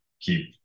keep